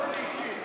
לעתים,